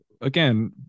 again